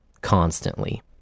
constantly